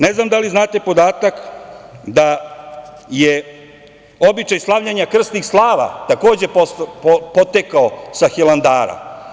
Ne znam da li znate podatak da je običaj slavljenja krsnih slava, takođe, potekao sa Hilandara?